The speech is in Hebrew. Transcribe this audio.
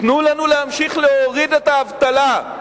תנו לנו להמשיך להוריד את האבטלה.